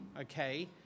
okay